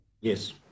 Yes